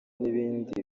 n’ibindi